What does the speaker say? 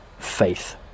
faith